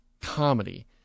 Comedy